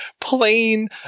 plain